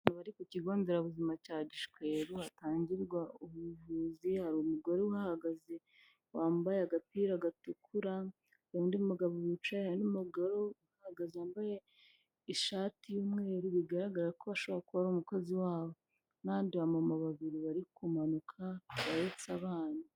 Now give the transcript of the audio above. Hakaba ari kigo nderabuzima cya Gishweru, hatangirwa ubuvuzi, hari umugore uhahagaze, wambaye agapira gatukura, undi mugabo wicaraye, harimo n'umugore uhagaze wambaye ishati y'umweru, bigaragara ko bashobora kuba ari umukozi waho n'abandi bamama babiri bari kumanuka bahetse abana.